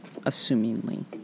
assumingly